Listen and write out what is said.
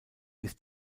bis